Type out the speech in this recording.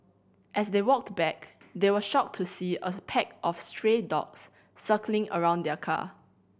as they walked back they were shocked to see a pack of stray dogs circling around their car